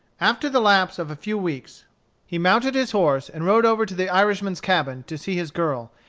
after the lapse of a few weeks he mounted his horse and rode over to the irishman's cabin to see his girl,